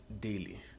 daily